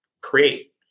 create